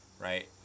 right